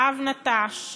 האב נטש,